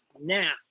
now